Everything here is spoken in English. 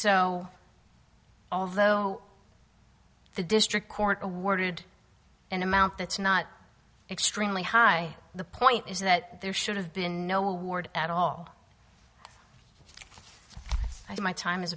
so although the district court awarded an amount that's not extremely high the point is that there should have been no award at all i do my time is